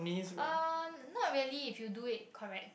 um not really if you do it correct